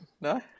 no